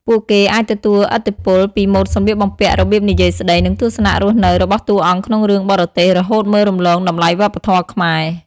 ពួកគេអាចទទួលឥទ្ធិពលពីម៉ូដសម្លៀកបំពាក់ របៀបនិយាយស្តី និងទស្សនៈរស់នៅរបស់តួអង្គក្នុងរឿងបរទេស រហូតមើលរំលងតម្លៃវប្បធម៌ខ្មែរ។